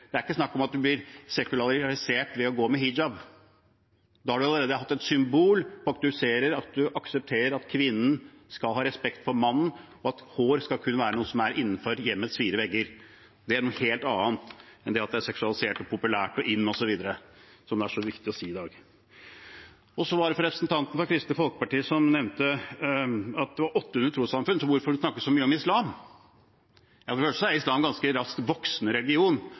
Det er ikke snakk om at man blir sekularisert ved å gå med hijab. Det er allerede et symbol på at man aksepterer at kvinnen skal ha respekt for mannen, og at håret kun skal synes innenfor hjemmets fire vegger. Det er noe helt annet enn at det er sekulært, populært og in osv., som det er så viktig å si i dag. Representanten fra Kristelig Folkeparti nevnte at det var 800 trossamfunn, så hvorfor snakkes det så mye om islam? Jo, for det første er islam en ganske raskt voksende